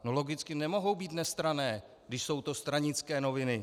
No logicky nemohou být nestranné, když jsou to stranické noviny.